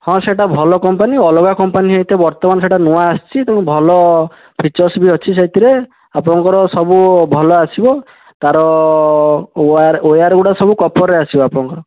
ହଁ ସେଇଟା ଭଲ କମ୍ପାନୀ ଅଲଗା କମ୍ପାନୀ ଯେହେତୁ ବର୍ତ୍ତମାନ ସେଇଟା ନୂଆ ଆସିଛି ତେଣୁ ଭଲ ଫିଚର୍ସ ବି ଅଛି ସେଥିରେ ଆପଣଙ୍କର ସବୁ ଭଲ ଆସିବ ତାର ୱାଏର ଗୁଡ଼ା ସବୁ କପରରେ ଆସିବ ଆପଣଙ୍କର